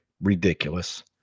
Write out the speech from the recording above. ridiculous